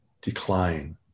decline